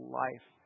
life